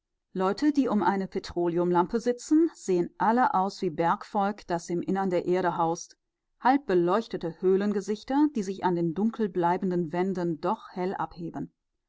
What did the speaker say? leute die um eine petroleumlampe sitzen sehen alle aus wie bergvolk das im innern der erde haust halbbeleuchtete höhlengesichter die sich an den dunkel bleibenden wänden doch hell abheben